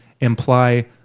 imply